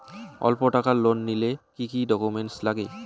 অল্প টাকার লোন নিলে কি কি ডকুমেন্ট লাগে?